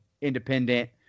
independent